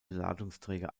ladungsträger